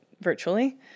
virtually